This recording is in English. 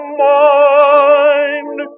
mind